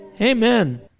Amen